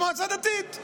היא שאני מעריך אותך,